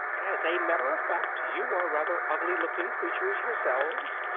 as a matter of fact you are rather ugly-looking creatures yourselves,